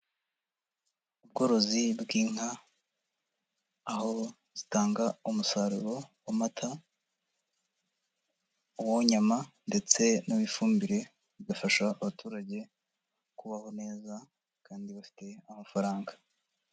Ubworozi bw'inka, aho zitanga umusaruro w'amata, uw'inyama, ndetse ni uw'ifumbire, bigafasha abaturage kubaho neza kandi bafite amafaranga.